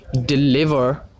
Deliver